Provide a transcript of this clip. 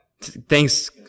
Thanks